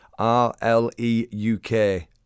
R-L-E-U-K